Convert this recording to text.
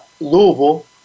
Louisville